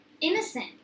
Innocent